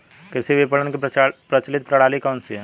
कृषि विपणन की प्रचलित प्रणाली कौन सी है?